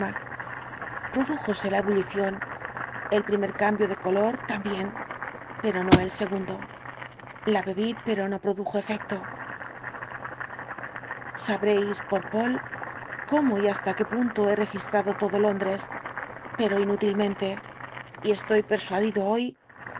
pócima prodújose la ebullición el primer cambio de color también pero no el segundo la bebí pero no produjo efecto sabréis por poole cómo y hasta que punto he registrado todo londres pero inútilmente y estoy persuadido hoy